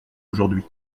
aujourd’hui